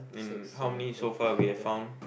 mm how many so far we have found